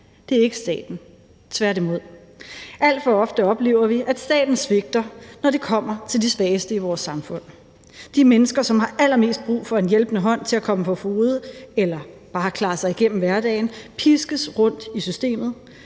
det er ikke staten, tværtimod. Alt for ofte oplever vi, at staten svigter, når det kommer til de svageste i vores samfund. De mennesker, som har allermest brug for en hjælpende hånd til at komme på fode eller bare klare sig igennem hverdagen, piskes rundt i systemet,